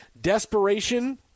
Desperation